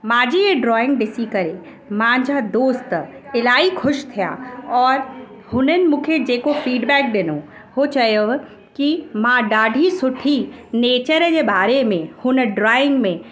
मुंहिंजी इहा ड्रॉइंग ॾिसी करे मुंहिंजा दोस्त इलाही ख़ुशि थिया और हुननि मूंखे जेको फीडबैक ॾिनो हुओ चयव की मां ॾाढी सुठी नेचर जे बारे में हुन ड्रॉइंग में